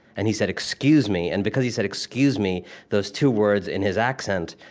and he said, excuse me? and because he said excuse me those two words in his accent,